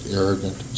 arrogant